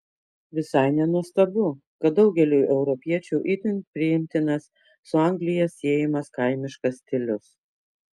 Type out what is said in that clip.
visai nenuostabu kad daugeliui europiečių itin priimtinas su anglija siejamas kaimiškas stilius